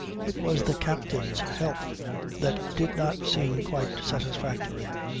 it was the captain's health that did not seem quite satisfactory.